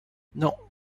non